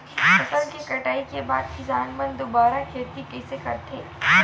फसल के कटाई के बाद किसान मन दुबारा खेती कइसे करथे?